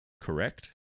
correct